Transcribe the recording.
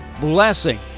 blessing